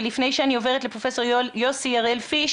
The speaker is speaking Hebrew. ולפני שאני עוברת לפרופ' יוסי הראל-פיש